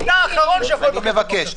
אני מבקש.